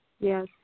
Yes